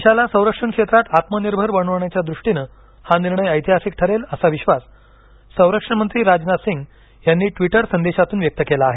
देशाला संरक्षण क्षेत्रात आत्मनिर्भर बनवण्याच्या दृष्टीनं हा निर्णय ऐतिहासिक ठरेल असा विश्वास संरक्षण मंत्री राजनाथ सिंह यांनी ट्वीटर संदेशातून व्यक्त केला आहे